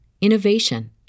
innovation